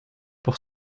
pour